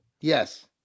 Yes